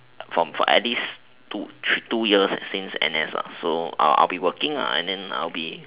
for for at least two two years since N_S lah so I will be working lah and then I will be